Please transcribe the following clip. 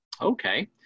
Okay